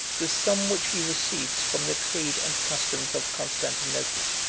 the sum which he receives from the trade and customs of constantinople.